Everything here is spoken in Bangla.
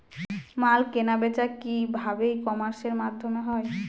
মাল কেনাবেচা কি ভাবে ই কমার্সের মাধ্যমে হয়?